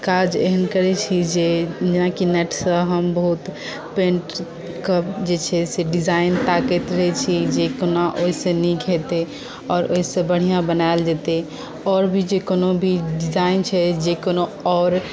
काज एहन करै छी जे जेनाकि नेट सँ हम बहुत पेण्ट कऽ जे छै से डिजाइन ताकैत रहै छी जे कोना ओहिसॅं नीक हेतै आओर ओहिसॅं बढ़िऑं बनायल जेतै आओर भी जे कोनो भी डिजाइन छै जे कोनो आओर